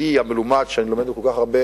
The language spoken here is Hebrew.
ידידי המלומד, שאני לומד ממנו כל כך הרבה,